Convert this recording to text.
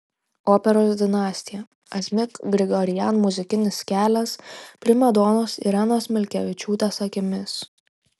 operos dinastija asmik grigorian muzikinis kelias primadonos irenos milkevičiūtės akimis